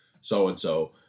so-and-so